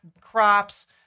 crops